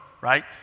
right